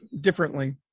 differently